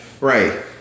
right